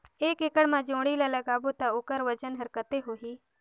एक एकड़ मा जोणी ला लगाबो ता ओकर वजन हर कते होही?